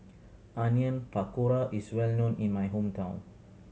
Onion Pakora is well known in my hometown